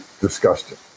disgusting